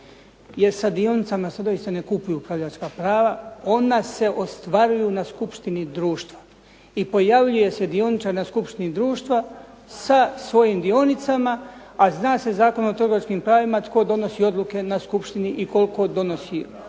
Jer sa dionicama se doista ne kupuju upravljačka prava, ona se ostvaruju na skupštini društva, i pojavljuje se dioničar na skupštini društva sa svojim dionicama, a zna se Zakon o trgovačkim pravima tko donosi odluke na skupštini i koliko utječe na odluke.